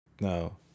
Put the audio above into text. No